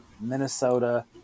Minnesota